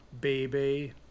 Baby